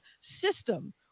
system